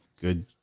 Good